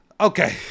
Okay